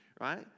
right